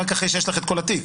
רק אחרי שיש לך את כל התיק.